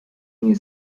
nie